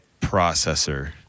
processor